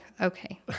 okay